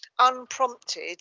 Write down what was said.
unprompted